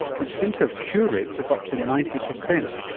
which seem to have cure rates of up to ninety percent.